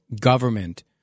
government